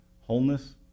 wholeness